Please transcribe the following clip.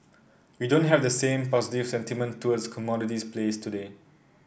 we don't have the same positive sentiment towards commodities plays today